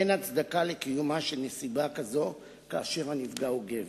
אין הצדקה לקיומה של נסיבה כזו כאשר הנפגע הוא גבר,